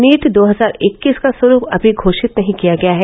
NEET दो हजार इक्कीस का स्वरूप अभी घोषित नहीं किया गया है